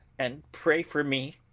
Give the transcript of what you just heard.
and pray for me,